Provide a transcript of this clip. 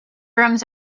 rooms